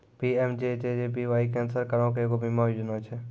PMJJBY केन्द्र सरकारो के एगो बीमा योजना छै